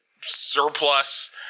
Surplus